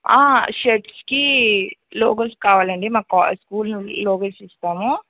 షర్ట్స్కి logos కావాలండి మా కా స్కూల్ నుండి లోగోస్ ఇస్తాము